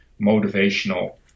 motivational